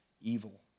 evil